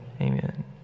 Amen